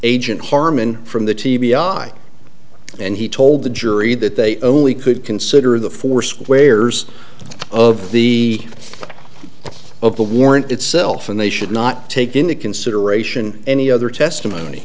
agent harmon from the t b i and he told the jury that they only could consider the four squares of the of the warrant itself and they should not take into consideration any other testimony